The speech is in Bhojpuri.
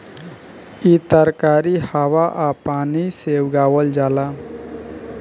इ तरकारी हवा आ पानी से उगावल जाला